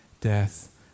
death